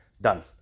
done